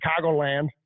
chicagoland